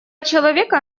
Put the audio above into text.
человека